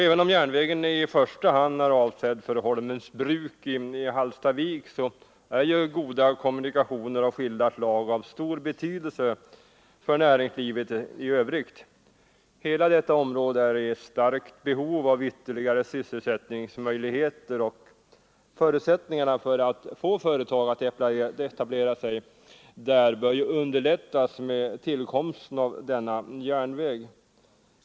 Även om järnvägen i första hand är avsedd för Holmens Bruk i Hallstavik så är goda kommunikationer av skilda slag av stor betydelse för näringslivet i övrigt. Hela detta område är i starkt behov av ytterligare sysselsättningsmöjligheter, och förutsättningarna för att få företag att etablera sig här bör underlättas med tillkomsten av denna järnväg.